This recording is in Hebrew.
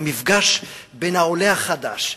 המפגש בין העולה החדש,